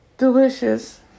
Delicious